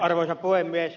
arvoisa puhemies